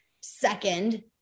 second